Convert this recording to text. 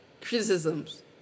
criticisms